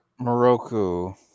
Moroku